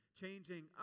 changing